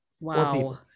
wow